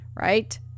right